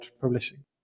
publishing